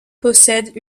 possèdent